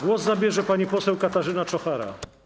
Głos zabierze pani poseł Katarzyna Czochara.